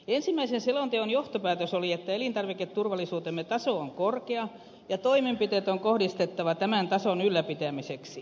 ensimmäisen selonteon johtopäätös oli että elintarviketurvallisuutemme taso on korkea ja toimenpiteet on kohdistettava tämän tason ylläpitämiseksi